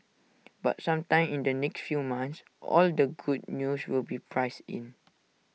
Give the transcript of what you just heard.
but sometime in the next few months all the good news will be priced in